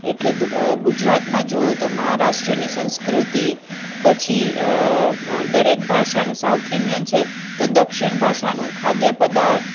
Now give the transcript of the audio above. એટલે દુ ગુજરાતમાં જોવો તો મહારાષ્ટ્રની સંસ્કૃતિ પછી દરેક ભાષાનો સાઉથ ઇન્ડીઅન છે તો દક્ષિણ ભાષાનો ખાદ્ય પદાર્થ